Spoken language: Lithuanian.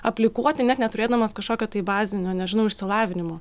aplikuoti net neturėdamas kažkokio tai bazinio nežinau išsilavinimo